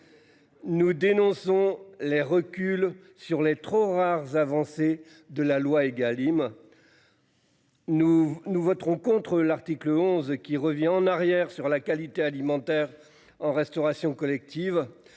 Nous dénonçons les reculs sur les trop rares avancées de la loi Egalim. Nous, nous voterons contre l'article 11 qui revient en arrière sur la qualité alimentaire en restauration collective.